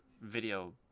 video